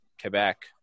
Quebec